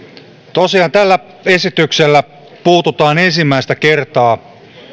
tosiaan tällä esityksellä puututaan ensimmäistä kertaa